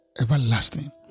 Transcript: everlasting